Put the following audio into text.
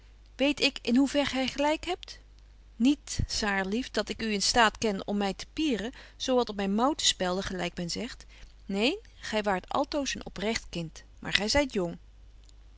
weet ik in hoe ver gy gelyk hebt niet saar lief dat ik u in staat ken om my te pieren zo wat op myn mouw te spelden gelyk men zegt neen gy waart altoos een oprecht kind maar gy zyt jong